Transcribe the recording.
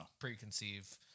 preconceive